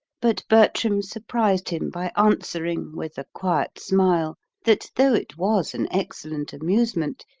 but bertram surprised him by answering, with a quiet smile, that though it was an excellent amusement,